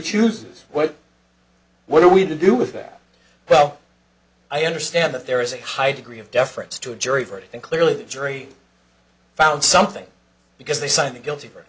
chooses what what do we do with that well i understand that there is a high degree of deference to a jury verdict and clearly the jury found something because they signed the guilty